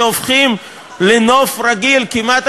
שהופכים לנוף רגיל כמעט,